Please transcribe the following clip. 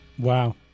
Wow